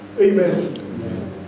Amen